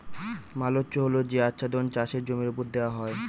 mulch হল যে আচ্ছাদন চাষের জমির ওপর দেওয়া হয়